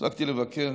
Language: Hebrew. הספקתי לבקר